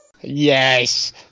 Yes